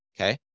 okay